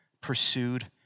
pursued